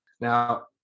Now